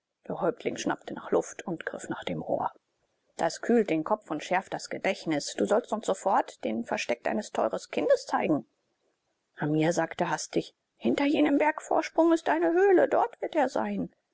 der häuptling schnappte nach luft und griff nach dem rohr das kühlt den kopf und schärft das gedächtnis du sollst uns sofort den versteck deines teuren kindes zeigen hamia sagte hastig hinter jenem bergvorsprung ist eine höhle dort wird er sein